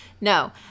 no